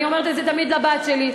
אני אומרת את זה תמיד לבת שלי.